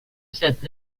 cette